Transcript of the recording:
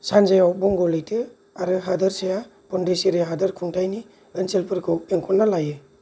सानजायाव बंग लैथो आरो हादोरसाया पुडुचेरी हादोर खुंथायनि ओनसोलफोरखौ बेंखन्ना लायो